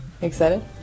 Excited